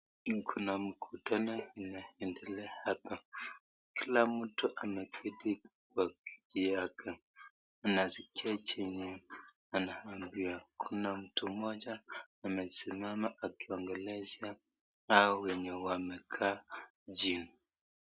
Huna mkutano inaendelea hapa, kila mtu ameketi kwa kiti yake, anasikia chenye anaambiwa, Kuna mtu mmoja amesimama akiongelesha hao wenye wamekaa chini.